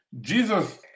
Jesus